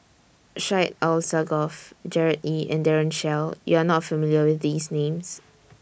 Syed Alsagoff Gerard Ee and Daren Shiau YOU Are not familiar with These Names